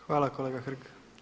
Hvala kolega Hrg.